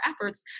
efforts